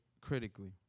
critically